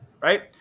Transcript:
Right